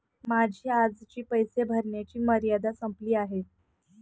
माझी आजची पैसे भरण्याची मर्यादा संपली आहे